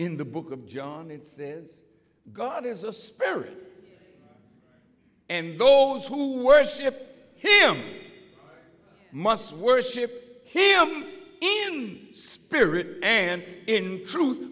in the book of john it says god is a spirit and those who worship him must worship in spirit and in truth